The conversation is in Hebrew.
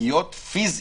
להיות פיזית,